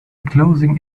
closing